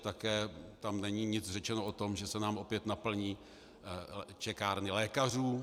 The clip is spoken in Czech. Také tam není nic řečeno o tom, že se nám opět naplní čekárny lékařů.